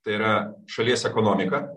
tai yra šalies ekonomika